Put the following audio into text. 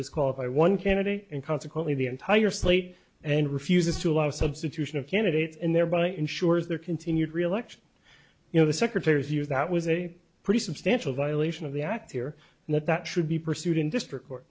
disqualify one candidate and consequently the entire slate and refuses to allow substitution of candidates and thereby ensures their continued reelection you know the secretary's view that was a pretty substantial violation of the act here and that that should be pursued in district